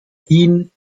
ihn